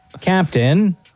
captain